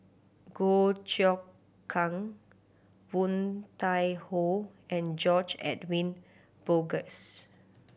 Goh Choon Kang Woon Tai Ho and George Edwin Bogaars